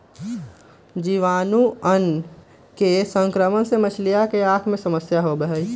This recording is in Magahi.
जीवाणुअन के संक्रमण से मछलियन के आँख में समस्या होबा हई